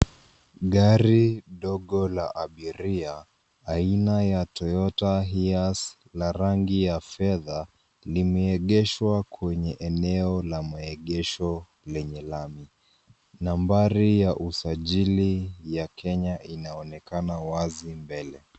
Gari dogo la abiria aina ya Toyota Hiace la rangi ya fedha limeegeshwa kwenye eneo la maegesho lenye lami. Nambari ya usajili ya Kenya inaonekana wazi mbele.